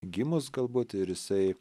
gimus galbūt ir jisai